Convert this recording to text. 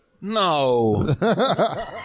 No